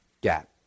gap